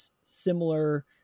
similar